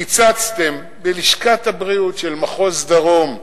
קיצצתם בלשכת הבריאות של מחוז הדרום,